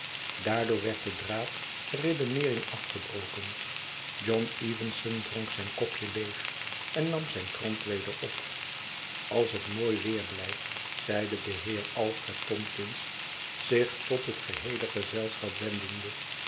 daardoor werd de draad der redeneering afgebroken john evenson dronk zijn kopje leeg en nam zijn krant weder op als het mooi weer blijft zeide de heer alfred tomkins zich tot het geheele gezelschap wendende